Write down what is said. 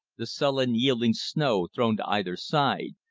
the sullen-yielding snow thrown to either side,